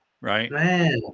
Right